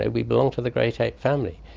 ah we belong to the great ape family.